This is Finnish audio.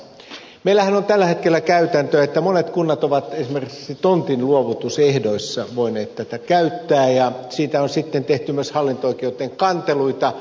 meillähän on tällä hetkellä käytäntö että monet kunnat ovat esimerkiksi tontinluovutusehdoissa voineet tätä käyttää ja siitä on sitten tehty myös hallinto oikeuteen kanteluita